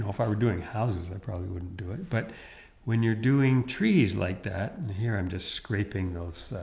if i were doing houses i probably wouldn't do it. but when you're doing trees like that, and here i'm just scraping those